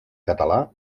català